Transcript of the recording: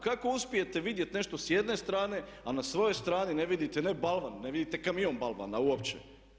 Kako uspijete vidjeti nešto s jedne strane, a na svojoj strani ne vidite ne balvan, ne vidite kamion balvana uopće.